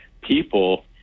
people